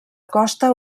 costa